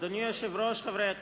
אדוני היושב-ראש, חברי הכנסת,